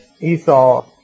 Esau